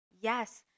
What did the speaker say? Yes